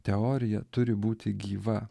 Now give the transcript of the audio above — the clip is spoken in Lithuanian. teorija turi būti gyva